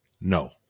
No